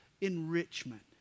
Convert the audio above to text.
enrichment